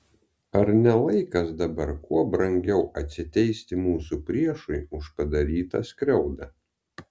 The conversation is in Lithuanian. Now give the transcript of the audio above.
ar ne laikas dabar kuo brangiau atsiteisti mūsų priešui už padarytą skriaudą